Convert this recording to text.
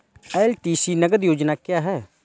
LTC नगद योजना क्या है?